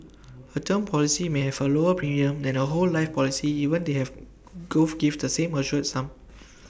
A term policy may have A lower premium than A whole life policy even when they both give the same assured sum